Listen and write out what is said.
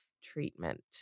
treatment